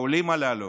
העולים הללו,